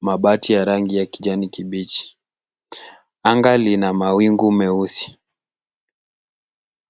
mabati ya rangi ya kijani kibichi. Anga lina mawingu meusi.